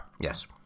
Yes